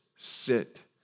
sit